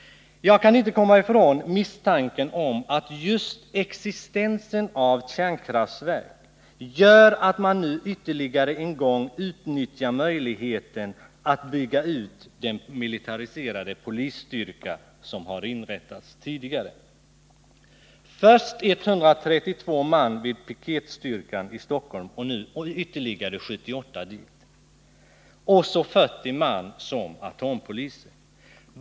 Jag kan inte komma ifrån misstanken att just existensen av kärnkraftverk gör att man nu ytterligare en gång utnyttjar möjligheten att bygga ut den militariserade polisstyrka som har inrättats tidigare: först 132 man vid piketstyrkan i Stockholm och nu ytterligare 78 man. Och så 40 man som atompoliser.